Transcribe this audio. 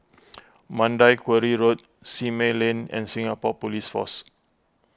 Mandai Quarry Road Simei Lane and Singapore Police Force